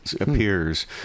appears